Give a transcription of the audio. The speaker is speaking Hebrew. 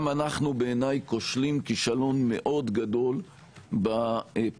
גם אנחנו בעיניי כושלים כישלון מאוד גדול בפיקוח